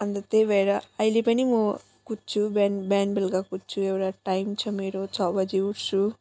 अनि त त्यही भएर अहिले पनि म कुद्छु बिहान बिहान बेलुका कुद्छु एउटा टाइम छ मेरो छ बजे उठ्छु